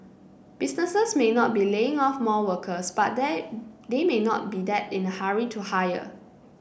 businesses may not be laying off more workers but they may not be that in a hurry to hire